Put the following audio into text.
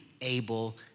able